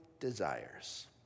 desires